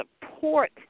support